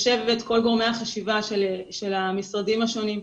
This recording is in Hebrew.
כל גורמי החשיבה של המשרדים השונים,